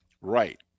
Right